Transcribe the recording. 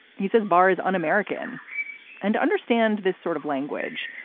he says barr's un-american and understand this sort of language.